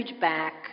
back